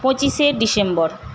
পঁচিশে ডিসেম্বর